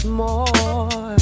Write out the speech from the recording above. more